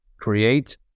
create